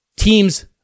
Teams